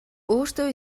өөртөө